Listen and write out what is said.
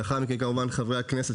לאחר מכן כמובן חברי הכנסת,